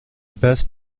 best